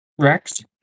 Rex